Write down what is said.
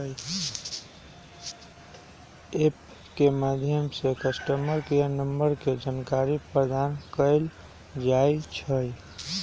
app के माध्यम से कस्टमर केयर नंबर के जानकारी प्रदान कएल जाइ छइ